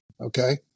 Okay